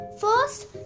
First